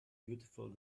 beautiful